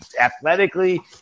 athletically